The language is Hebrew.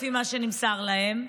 לפי מה שנמסר להם,